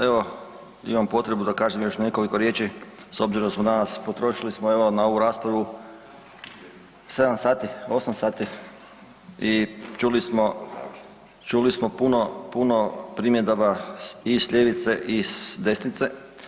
Evo imam potrebu da kažem još nekoliko riječi s obzirom da smo danas, potrošili smo evo na ovu raspravu 7 sati, 8 sati i čuli smo, čuli smo puno, puno primjedaba i s ljevice i s desnice.